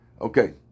okay